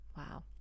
wow